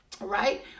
right